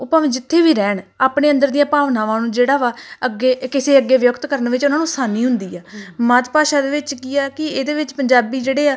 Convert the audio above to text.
ਉਹ ਭਾਵੇਂ ਜਿੱਥੇ ਵੀ ਰਹਿਣ ਆਪਣੇ ਅੰਦਰ ਦੀਆਂ ਭਾਵਨਾਵਾਂ ਨੂੰ ਜਿਹੜਾ ਵਾ ਅੱਗੇ ਕਿਸੇ ਅੱਗੇ ਵਿਅਕਤ ਕਰਨ ਵਿੱਚ ਉਹਨਾਂ ਨੂੰ ਆਸਾਨੀ ਹੁੰਦੀ ਆ ਮਾਤ ਭਾਸ਼ਾ ਦੇ ਵਿੱਚ ਕੀ ਆ ਕੀ ਇਹਦੇ ਵਿੱਚ ਪੰਜਾਬੀ ਜਿਹੜੇ ਆ